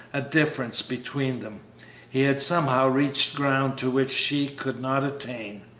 a difference, between them he had somehow reached ground to which she could not attain.